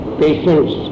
patients